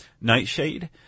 Nightshade